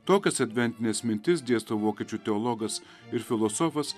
tokias adventines mintis dėsto vokiečių teologas ir filosofas